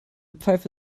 pfeife